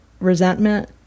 resentment